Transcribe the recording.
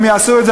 הם יעשו את זה,